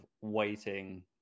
waiting